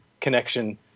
connection